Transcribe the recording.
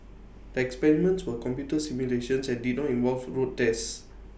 the experiments were computer simulations and did not involve road tests